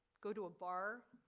go to a bar,